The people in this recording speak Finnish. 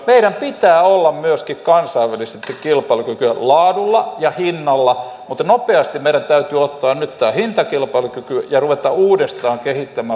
meillä pitää olla myöskin kansainvälisesti kilpailukykyä laadulla ja hinnalla mutta nopeasti meidän täytyy ottaa nyt tämä hintakilpailukyky ja ruveta uudestaan kehittämään laatukilpailukykyä